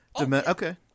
Okay